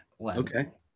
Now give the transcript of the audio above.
okay